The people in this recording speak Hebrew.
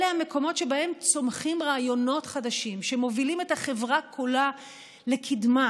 אלה המקומות שבהם צומחים רעיונות חדשים שמובילים את החברה כולה לקדמה,